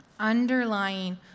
Underlying